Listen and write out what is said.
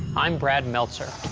i'm brad meltzer.